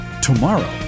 Tomorrow